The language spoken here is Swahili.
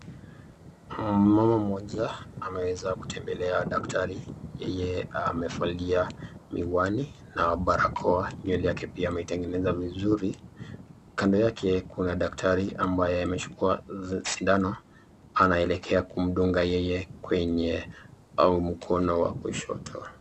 Mmama mmoja amweza kutembelea daktari. Yeye amevalia miwani na barakoa na nywele yake pia ametengenza vizuri. Kando yake kuna daktari ambaye ameshikwa sindano anaelekea kumdunga yeye kwenye au mkono wa kushoto.